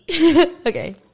Okay